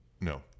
no